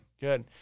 good